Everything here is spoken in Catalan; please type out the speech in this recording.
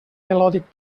melòdic